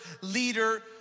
leader